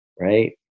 Right